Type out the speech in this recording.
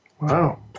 Wow